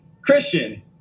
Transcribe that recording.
Christian